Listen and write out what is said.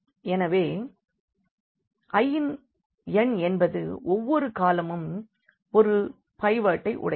எனவே I இன் எண் என்பது ஒவ்வொரு காலமும் ஒரு பைவட்டை உடையது